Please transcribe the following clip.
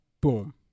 boom